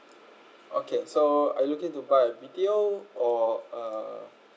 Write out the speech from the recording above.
okay so are you looking to buy a B_T_O or uh